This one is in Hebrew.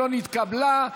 לא נתקבלה.